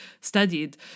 studied